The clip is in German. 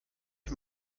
ich